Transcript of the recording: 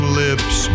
lips